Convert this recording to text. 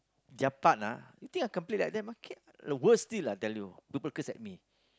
their part ah you think I can play like them ah the worst still I tell you people curse at me